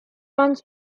runs